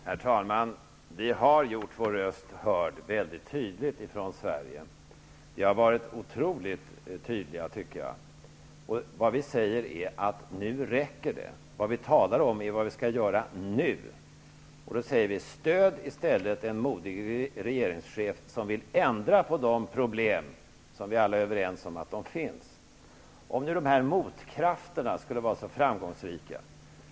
Herr talman! Vi har från Sverige gjort vår röst hörd väldigt tydligt. Vi har varit otroligt tydliga, tycker jag. Vad vi säger är: Nu räcker det. Vad vi talar om är vad vi skall göra nu, och då säger vi: Stöd i stället en modig regeringschef som vill ändra på det som utgör problem, som vi alla är överens om finns. Här sägs att de s.k. motkrafterna skulle vara så framgångsrika.